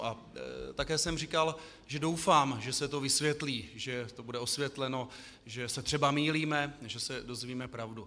A také jsem říkal, že doufám, že se to vysvětlí, že to bude osvětleno, že se třeba mýlíme, že se dozvíme pravdu.